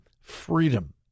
Freedom